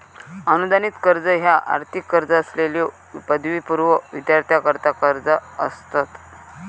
अनुदानित कर्ज ह्या आर्थिक गरज असलेल्यो पदवीपूर्व विद्यार्थ्यांकरता कर्जा असतत